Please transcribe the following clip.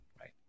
right